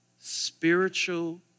Spiritual